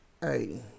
hey